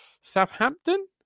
Southampton